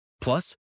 Plus